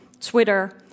Twitter